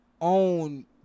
Own